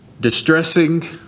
Distressing